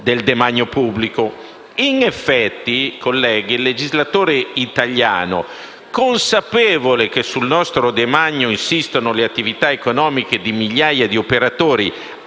il legislatore italiano, consapevole che sul nostro demanio insistono le attività economiche di migliaia di operatori,